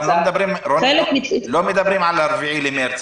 רוני, לא מדברים על ה-4 במרץ.